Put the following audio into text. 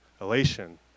elation